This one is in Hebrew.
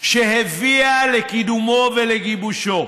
שהביאה לקידומו ולגיבושו.